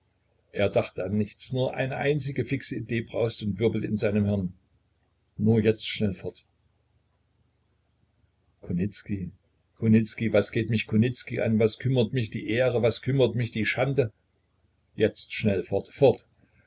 er dachte an nichts nur eine einzige fixe idee brauste und wirbelte in seinem hirn nur jetzt schnell fort kunicki kunicki was geht mich kunicki an was kümmert mich die ehre was kümmert mich die schande jetzt schnell fort